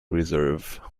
reserve